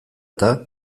eta